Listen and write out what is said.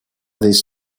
these